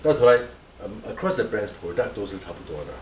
到头来 across the brands product 都是差不多的